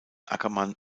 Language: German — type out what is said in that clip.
ackermann